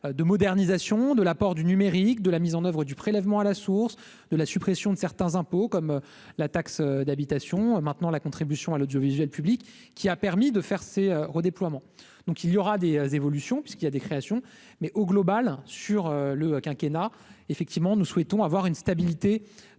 de modernisation de l'apport du numérique, de la mise en oeuvre du prélèvement à la source de la suppression de certains impôts comme la taxe d'habitation, maintenant la contribution à l'audiovisuel public qui a permis de faire ces redéploiements, donc il y aura des évolutions puisqu'il y a des créations mais au global sur le quinquennat effectivement nous souhaitons avoir une stabilité